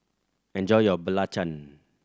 enjoy your belacan